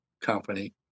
company